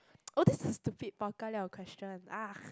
oh this is stupid bao ka liao question !ugh!